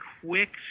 quick